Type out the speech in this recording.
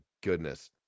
goodness